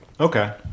Okay